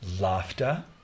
Laughter